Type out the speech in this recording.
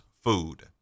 food